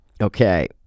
okay